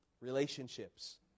Relationships